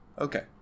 Okay